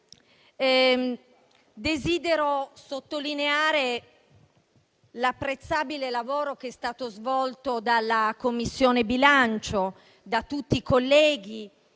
Desidero sottolineare l'apprezzabile lavoro che è stato svolto dalla Commissione bilancio, da tutti i colleghi,